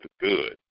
good